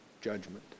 judgment